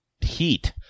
heat